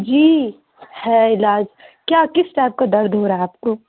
جی ہے علاج کیا کس ٹائپ کا درد ہو رہا ہے آپ کو